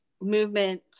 movement